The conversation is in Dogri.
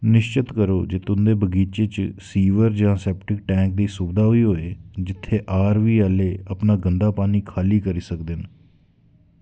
निश्चत करो जे तुं'दे बगीचे च सीवर जां सेप्टिक टैंक दी सुबधा बी होऐ जित्थै आर वी आह्ले अपना गंदा पानी खाल्ली करी सकदे न